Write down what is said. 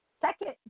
Second